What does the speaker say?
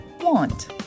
want